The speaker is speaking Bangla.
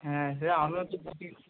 হ্যাঁ সে আমিও তো